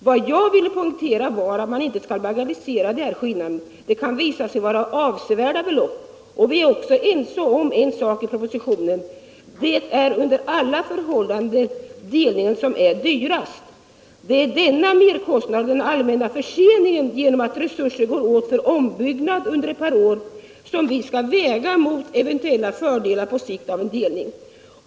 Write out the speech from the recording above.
Vad jag ville poängtera var att man inte skall bagatellisera skillnaden. Det kan visa sig vara fråga om avsevärda belopp. Vi är också ense om en sak i propositionen: Det är under alla förhållanden delningen som är dyrast. Det är denna merkostnad och den allmänna förseningen genom att resurser går åt för ombyggnad under ett par år som vi skall väga mot eventuella fördelar på sikt av en delning.